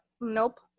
Nope